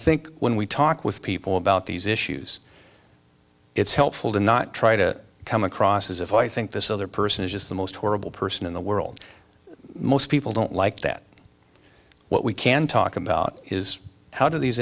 think when we talk with people about these issues it's helpful to not try to come across as if i think this other person is the most horrible person in the world most people don't like that what we can talk about is how do these